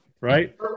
Right